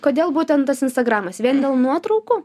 kodėl būtent tas instagramas vien dėl nuotraukų